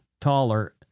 taller